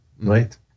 right